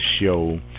show